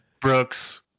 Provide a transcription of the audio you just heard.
Brooks